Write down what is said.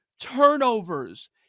turnovers